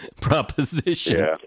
proposition